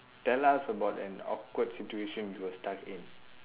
tell us about an awkward situation you were stuck in